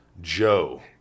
Joe